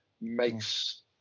makes